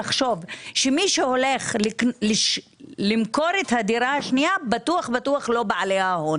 מי שהולכים למכור את הדירה השנייה הם בטוח לא בעלי ההון,